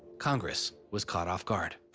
congress was caught off guard.